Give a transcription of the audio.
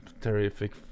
terrific